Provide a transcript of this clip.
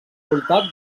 voltat